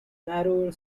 narrower